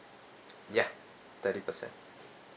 ya thirty percent